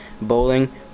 Bowling